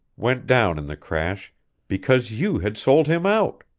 went down in the crash because you had sold him out!